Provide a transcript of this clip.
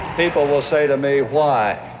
people will say to me why?